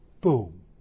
boom